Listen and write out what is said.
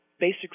basic